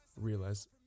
realize